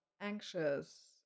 anxious